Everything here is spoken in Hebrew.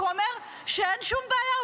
שהוא אומר שאין שום בעיה,